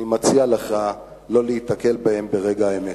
אני מציע לך לא להיתקל בהם ברגע האמת.